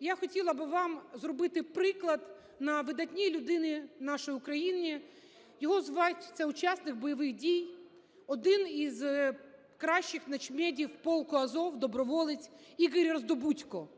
Я хотіла би вам зробити приклад на видатній людині нашої України. Його звати, це учасник бойових дій, один із кращих начмедів полку "Азов", доброволець Ігор Роздобудько.